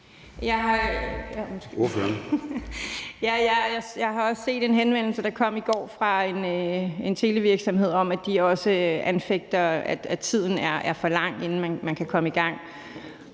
Jeg har også set en henvendelse, der kom i går fra en televirksomhed, som også anfører, at der går for lang tid, inden man kan komme i gang.